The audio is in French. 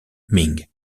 ming